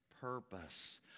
purpose